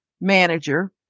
manager